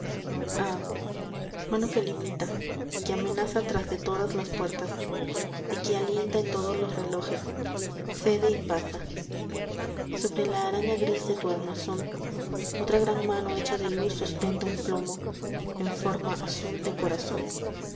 mano que limita que amenaza tras de todas las puertas y que alienta en todos los relojes cede y pasa s íbre la araña gris de tu armazón otra gran mano hecha de luz sustenta un plomo en forma azul de corazón